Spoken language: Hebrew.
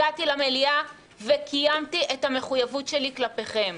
הגעתי למליאה וקיימתי את המחויבות שלי כלפיכם.